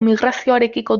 migrazioarekiko